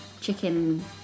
chicken